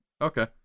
Okay